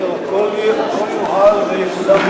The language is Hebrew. אני אומר שהכול יהיה מנוהל ויקודם,